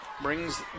Brings